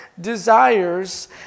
desires